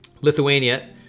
Lithuania